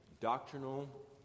doctrinal